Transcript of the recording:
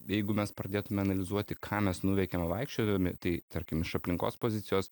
jeigu mes pradėtume analizuoti ką mes nuveikėme vaikščiodami tai tarkim iš aplinkos pozicijos